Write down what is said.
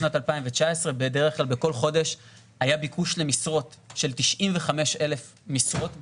בשנת 2019 בדרך כלל בכל חודש היה ביקוש למשרות של 95,000 משרות בחודש,